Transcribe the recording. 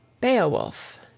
Beowulf